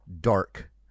dark